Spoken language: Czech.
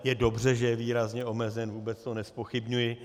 Je dobře, že je výrazně omezen, vůbec to nezpochybňuji.